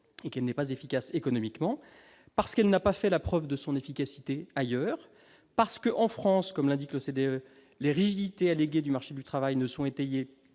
et qu'elle n'est pas efficace économiquement, parce qu'elle n'a pas fait la preuve de son efficacité ailleurs, parce que, en France, comme l'indique l'OCDE, les rigidités alléguées du marché du travail ne sont étayées